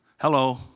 Hello